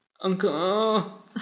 uncle